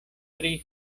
tri